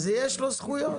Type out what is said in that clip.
אז יש לו זכויות.